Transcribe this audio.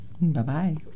Bye-bye